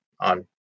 on